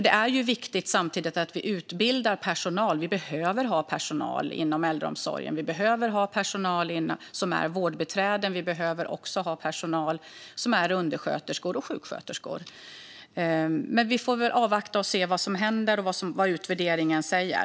Det är viktigt att vi utbildar personal. Vi behöver ha personal inom äldreomsorgen. Vi behöver vårdbiträden, undersköterskor och sjuksköterskor. Men vi får avvakta och se vad som händer och vad utvärderingen säger.